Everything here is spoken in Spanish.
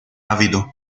ávido